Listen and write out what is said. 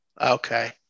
Okay